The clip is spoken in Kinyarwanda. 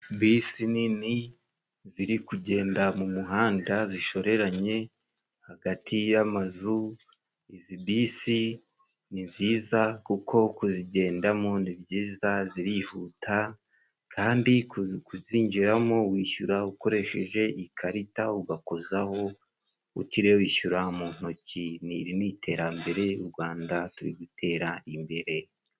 Bisi nini ziri kugenda mu muhanda zishoreranye hagati yamazu, izi bisi ni nziza kuko kuzigendamo ni byiza, zirihuta kandi kuzinjiramo wishyura ukoresheje ikarita ugakozaho, utiriwe wishyura mu ntoki, iri ni iterambere u Rwanda turi gutera imbere.